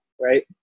right